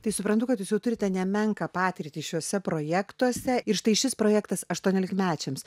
tai suprantu kad jūs jau turite nemenką patirtį šiuose projektuose ir štai šis projektas aštuoniolikmečiams